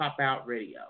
popoutradio